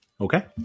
Okay